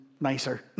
nicer